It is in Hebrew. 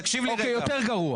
יותר גרוע.